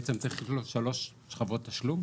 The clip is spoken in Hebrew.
בעצם יש לו שלוש שכבות תשלום.